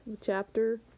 Chapter